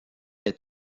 est